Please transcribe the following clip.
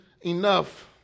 enough